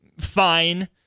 fine